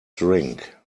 drink